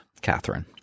Catherine